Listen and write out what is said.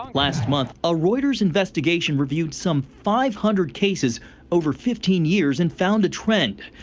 last month a reuters investigation reviewed some five hundred cases over fifteen years and found a trendy.